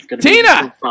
Tina